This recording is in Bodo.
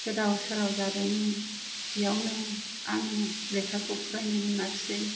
गोदाव सोराव जादोंमोन बेयावनो आङो लेखाखौ फरायनो मोनासै